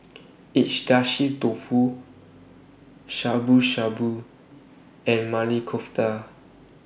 Agedashi Dofu Shabu Shabu and Maili Kofta